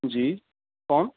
جی کون